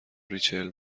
ریچل